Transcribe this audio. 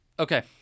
Okay